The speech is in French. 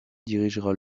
dirigera